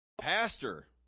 Pastor